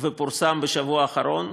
ופורסם בשבוע האחרון.